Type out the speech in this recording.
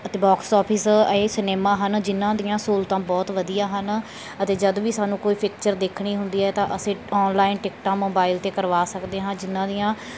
ਅਤੇ box office ਇਹ cinema ਹਨ ਜਿਨ੍ਹਾਂ ਦੀਆਂ ਸਹੂਲਤਾਂ ਬਹੁਤ ਵਧੀਆ ਹਨ ਅਤੇ ਜਦ ਵੀ ਸਾਨੂੰ ਕੋਈ ਪਿਕਚਰ ਦੇਖਣੀ ਹੁੰਦੀ ਹੈ ਤਾਂ ਅਸੀਂ ਔਨਲਾਈਨ ਟਿਕਟਾਂ ਮੋਬਾਇਲ 'ਤੇ ਕਰਵਾ ਸਕਦੇ ਹਾਂ ਜਿਨ੍ਹਾਂ ਦੀਆਂ